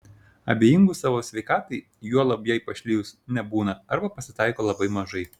abejingų savo sveikatai juolab jai pašlijus nebūna arba pasitaiko labai mažai